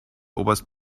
oberst